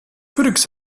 critics